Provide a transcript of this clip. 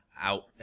out